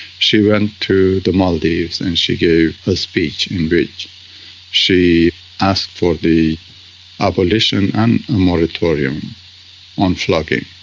she went to the maldives and she gave a speech in which she asked for the abolition and a moratorium on flogging.